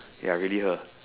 ya really her